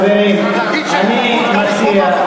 חברים, אני מציע,